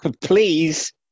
Please